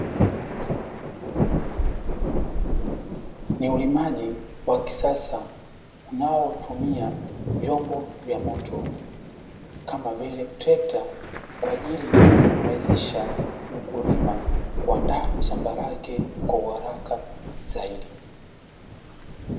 Ulimaji wa kisasa unaotumia vyombo vya moto kama vile trekta kwa ajili ya kumrahisisha mkulima kuandaa shamba lake kwa uharaka zaidi.